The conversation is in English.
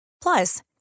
Plus